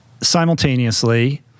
Simultaneously